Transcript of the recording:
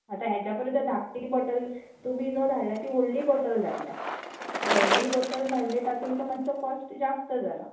आतां हाज्या परस जर धाकटी बॉटल तुमी जो धाडल्या ती व्हडली बॉटल धाडल्या व्हडली बॉटल धाडली तातूंत तो मातसो कॉस्ट जास्त जालो